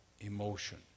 emotion